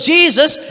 Jesus